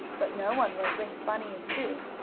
but no one was with bunny and sue.